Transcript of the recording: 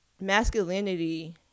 masculinity